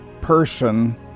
person